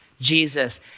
Jesus